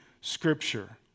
Scripture